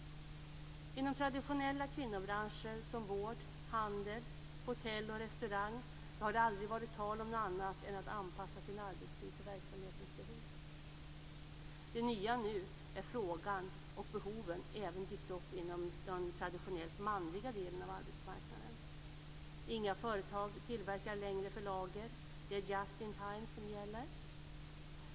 Inom traditionella kvinnobranscher som vård, handel, hotell och restaurang har det aldrig varit tal om något annat än att anpassa sin arbetstid till verksamhetens behov. Det nya nu är att frågan och behoven även har dykt upp inom den traditionellt manliga delen av arbetsmarknaden. Inga företag tillverkar längre för lager. Det är just-in-time som gäller.